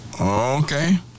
Okay